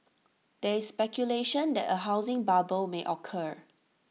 there is speculation that A housing bubble may occur